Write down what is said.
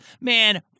Man